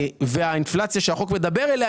והאינפלציה שהחוק מדבר אליה,